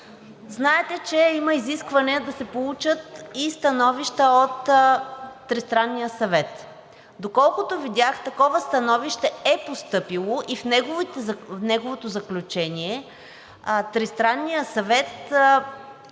Знаете, че има изискване да се получат и становища от Тристранния съвет. Доколкото видях, такова становище е постъпило и в неговото заключение Тристранният съвет твърди,